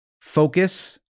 focus